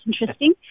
interesting